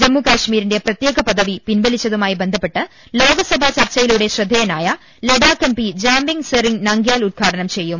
ജമ്മു കശ്മീരിന്റെ പ്രത്യേക പദവി പിൻവലിച്ചതുമായി ബ്ന്ധപ്പെട്ട ലോക്സഭാ ചർച്ച യിലൂടെ ശ്രദ്ധേയനായ ലഡാക്ക് എം പി ജാമ്യങ് സെറിംഗ് നാംഗ്യാൽ ഉദ്ഘാടനം ചെയ്യും